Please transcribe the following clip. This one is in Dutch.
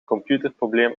computerprobleem